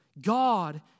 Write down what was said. God